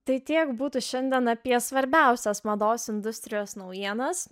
tai tiek būtų šiandien apie svarbiausias mados industrijos naujienas